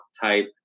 type